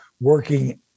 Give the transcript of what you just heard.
working